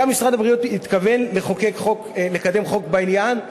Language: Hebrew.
גם משרד הבריאות התכוון לקדם חוק בעניין,